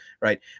right